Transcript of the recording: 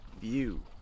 view